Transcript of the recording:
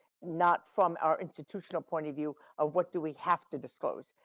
not from our institutional point of view of what do we have to disclose.